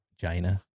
China